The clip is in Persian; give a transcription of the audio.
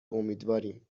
امیدواریم